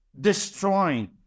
destroying